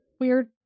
weird